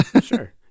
Sure